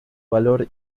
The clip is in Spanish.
valor